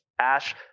Ash